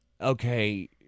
okay